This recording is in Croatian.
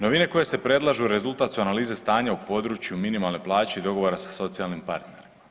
Novine koje se predlažu rezultat su analize stanja u području minimalne plaće i dogovora sa socijalnim partnerima.